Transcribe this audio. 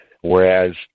whereas